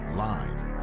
Live